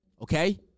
Okay